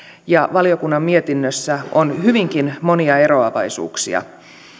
ja valiokunnan mietinnössä on hyvinkin monia eroavaisuuksia